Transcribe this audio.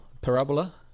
parabola